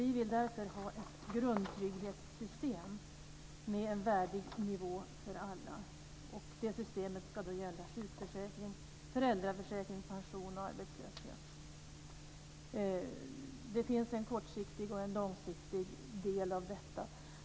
Vi vill ha ett grundtrygghetssystem med en värdig nivå för alla. Det systemet ska omfatta sjukförsäkring, föräldraförsäkring, pension och arbetslöshet. Det finns en kortsiktig och en långsiktig del av detta.